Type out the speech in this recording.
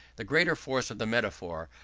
the greater force of the metaphor,